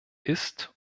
ist